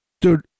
dude